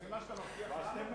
זה מה שאתם מנסים לעשות.